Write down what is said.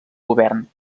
govern